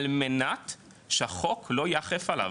על מנת שהחוק לא ייאכף עליו.